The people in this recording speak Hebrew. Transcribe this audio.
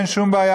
אין שום בעיה,